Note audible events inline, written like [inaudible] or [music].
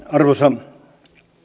[unintelligible] arvoisa